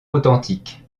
authentique